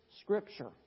Scripture